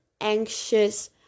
anxious